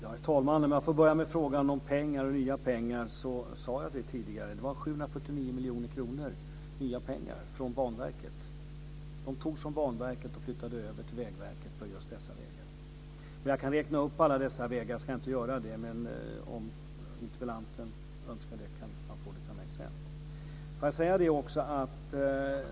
Herr talman! Jag börjar med frågan om pengar och nya pengar. Som jag sade tidigare är det 749 miljoner kronor i nya pengar från Banverket. De togs från Banverket och flyttades över till Vägverket för just dessa vägar. Jag kan räkna upp alla vägarna, men jag ska inte göra det. Om interpellanten önskar det så kan ha få namnen av mig sedan.